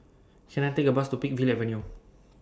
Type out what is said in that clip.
Can I Take A Bus to Peakville Avenue